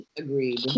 agreed